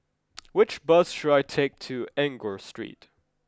which bus should I take to Enggor Street